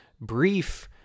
brief